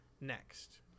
next